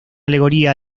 alegoría